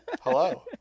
hello